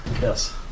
Yes